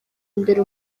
imbere